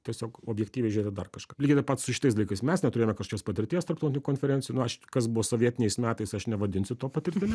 tiesiog objektyviai žiūrėt dar kažką lygiai taip pat su šitais dalykais mes neturėjome kažkokios patirties tarptautinių konferencijų aš kas buvo sovietiniais metais aš nevadinsiu to patirtimi